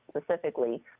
specifically